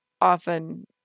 often